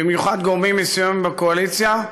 במיוחד גורמים מסוימים בקואליציה,